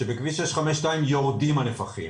שבכביש 652 יורדים הנפחים.